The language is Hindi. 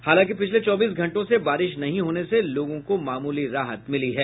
हालांकि पिछले चौबीस घंटों से बारिश नहीं होने से लोगों को मामूली राहत मिली है